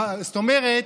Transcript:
זאת אומרת: